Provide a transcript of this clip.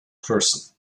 person